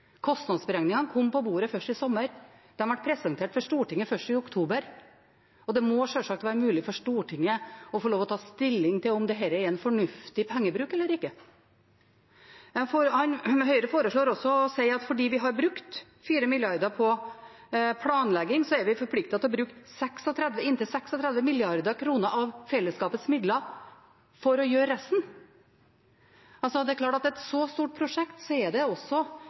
Kostnadsberegningene kom på bordet først i sommer. De ble presentert for Stortinget først i oktober. Det må sjølsagt være mulig for Stortinget å få lov til å ta stilling til om dette er en fornuftig pengebruk eller ikke. Høyre foreslår og sier også at fordi vi har brukt 4 mrd. kr på planlegging, er vi forpliktet til å bruke inntil 36 mrd. kr av fellesskapets midler for å gjøre resten. Det er klart at i et så stort prosjekt er det også